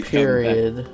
period